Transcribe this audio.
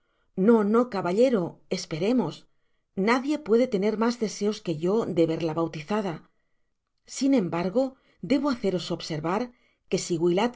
no no caballero esperemos nadie puede tener mas deseos que yo de verla bautizada sin embargo debo haceros observar que si